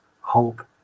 hope